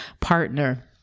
partner